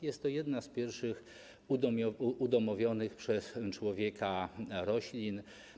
Jest to jedna z pierwszych udomowionych przez człowieka roślin.